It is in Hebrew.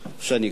איפה שאני גר,